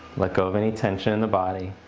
let go of any tension in the body.